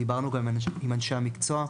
דיברנו גם עם אנשי המקצוע,